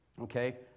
Okay